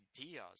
ideas